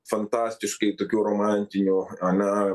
fantastiškai tokių romantinių ane